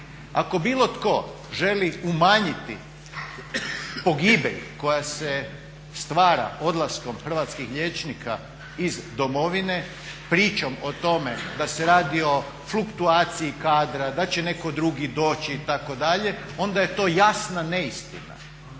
Ako bilo tko želi umanjiti pogibelj koja se stvara odlaskom hrvatskih liječnika iz Domovine pričom o tome da se radi o fluktuaciji kadra, da će netko drugi doći itd., onda je to jasna neistina,